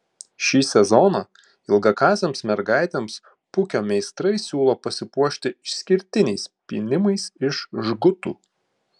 šį sezoną ilgakasėms mergaitėms pukio meistrai siūlo pasipuošti išskirtiniais pynimais iš žgutų